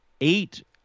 Eight